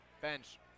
bench